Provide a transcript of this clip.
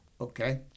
Okay